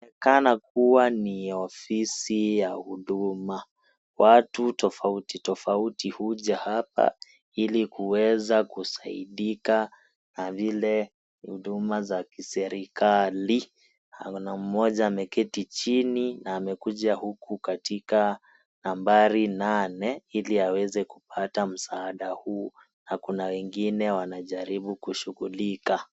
Panaonekana kuwa ni ofisi ya huduma, watu tofautitofauti huja hapa ili kuweza kusaidika na lile huduma za kiserikali na kuna mmoja ameketi chini na amekuja huku katika nambari nane ili aweze kupata msaada huu na kuna wengine wanajaribu kushughulika.